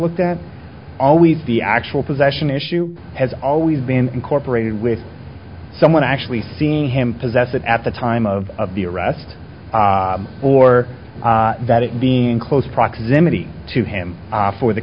looked at always the actual possession issue has always been incorporated with someone actually seeing him possess it at the time of the arrest or that it being close proximity to him for the